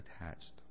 attached